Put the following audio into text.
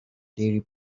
diary